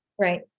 right